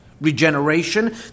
regeneration